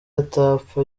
atapfa